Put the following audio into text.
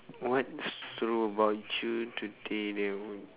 what's true about you today that would